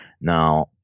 Now